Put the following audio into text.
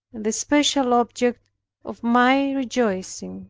and the special object of my rejoicing.